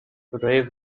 rave